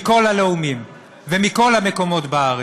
מכל הלאומים ומכל המקומות בארץ,